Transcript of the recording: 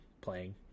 playing